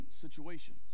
situations